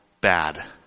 bad